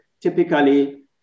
typically